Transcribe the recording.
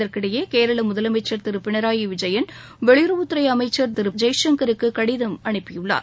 இதற்கிடையே கேரள முதலமைச்சர் திரு பினராய் விஜயன் வெளியுறவுத்துறை அமைச்சர் திரு ஜெய்சங்கருக்கு கடிதம் அனுப்பியுள்ளார்